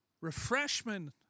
Refreshment